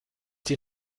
die